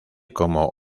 como